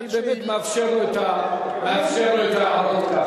תאפשר לו את ההערות.